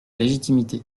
légitimité